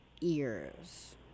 ears